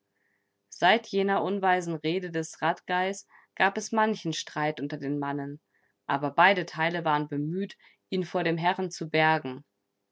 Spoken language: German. seit jener unweisen rede des radgais gab es manchen streit unter den mannen aber beide teile waren bemüht ihn vor den herren zu bergen